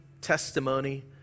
testimony